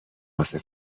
واسه